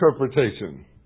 interpretation